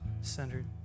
centered